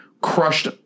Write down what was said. crushed